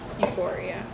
Euphoria